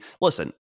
listen